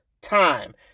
time